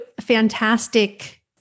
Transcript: fantastic